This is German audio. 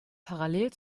parallel